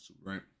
right